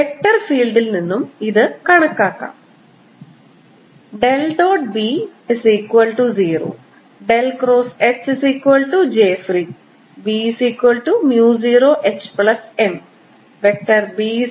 vector ഫീൽഡിൽ നിന്നും ഇത് കണക്കാക്കാനാകും